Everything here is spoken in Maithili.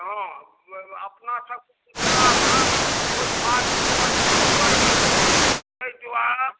हाँ अपना सभ मिथिलामे भोजभात बड़ सुन्दर होइ छै अइ दुआरे